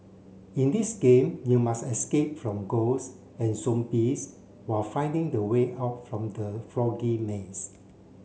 in this game you must escape from ghosts and zombies while finding the way out from the foggy maze